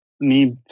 need